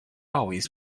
always